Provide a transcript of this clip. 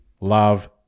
love